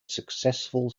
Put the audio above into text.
successful